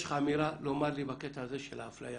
יש לך אמירה לומר לי בקטע הזה של האפליה?